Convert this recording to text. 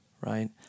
right